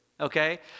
okay